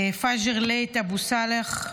פג'ר ליית' אבו סאלח,